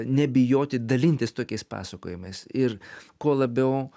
nebijoti dalintis tokiais pasakojimais ir kuo labiau